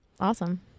Awesome